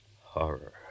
horror